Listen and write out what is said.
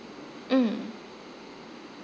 mm